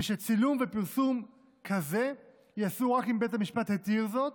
ושצילום ופרסום כאלה ייעשו רק אם בית המשפט התיר זאת,